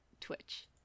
Twitch